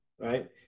right